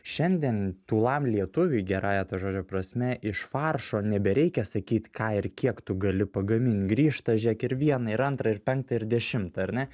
šiandien tūlam lietuviui gerąja to žodžio prasme iš faršo nebereikia sakyt ką ir kiek tu gali pagamint grįžta žiūrėk ir vieną ir antrą ir penktą ir dešimtą ar ne